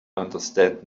understands